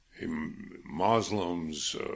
Muslims